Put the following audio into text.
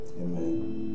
amen